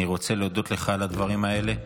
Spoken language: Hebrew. אני רוצה להודות לך על הדברים האלה.